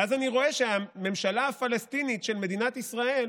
ואז אני רואה שהממשלה הפלסטינית של מדינת ישראל